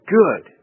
good